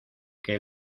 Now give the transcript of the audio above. que